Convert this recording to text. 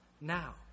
now